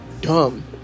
dumb